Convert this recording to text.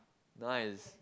nice